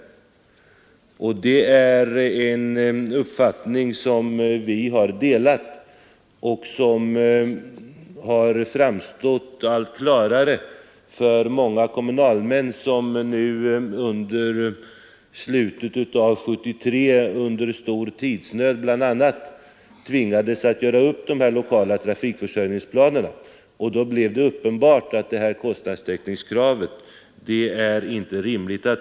Det är en uppfattning som vi har delat och som har framstått allt klarare för de många kommunalmän som under slutet av 1973 i stor tidsnöd tvingades göra upp de lokala trafikförsörjningsplanerna. Då blev det uppenbart att kostnadstäckningskravet inte är rimligt.